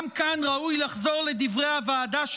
גם כאן ראוי לחזור לדברי הוועדה,